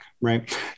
right